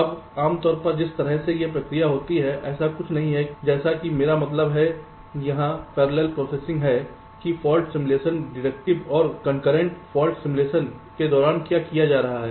अब आम तौर पर जिस तरह से यह प्रक्रिया होती है ऐसा कुछ भी नहीं है जैसा कि मेरा मतलब यहाँ पैरेलल प्रोसेसिंग है कि फाल्ट सिमुलेशन डिडक्टिव और कॉन्करेंट फाल्ट सिमुलेशन के दौरान क्या किया जा रहा था